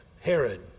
Herod